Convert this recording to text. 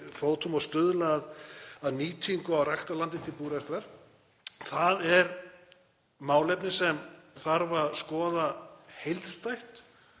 fótum og stuðla að nýtingu á ræktarlandi til búrekstrar. Það er málefni sem þarf að skoða heildstætt.